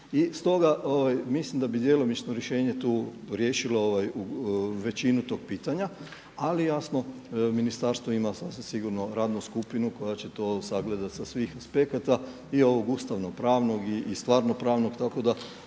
I stoga mislim da bi djelomično rješenje tu riješilo većinu tog pitanja, ali jasno ministarstvo ima sasvim sigurno radnu skupinu koja će to sagledati sa svih aspekata i ovog ustavnopravnog i stvarno pravnog tako da